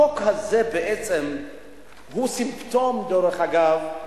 החוק הזה הוא סימפטום, דרך אגב,